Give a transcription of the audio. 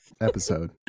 episode